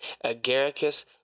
agaricus